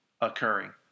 occurring